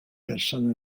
person